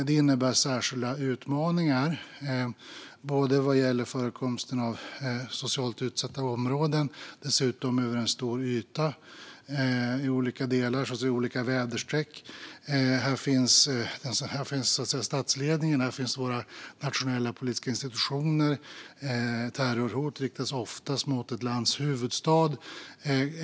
Det innebär särskilda utmaningar, bland annat vad gäller förekomsten av socialt utsatta områden - dessutom över en stor yta och i olika väderstreck - och att det är här som statsledningen och de nationella politiska institutionerna finns. Terrorhot riktas oftast mot ett lands huvudstad.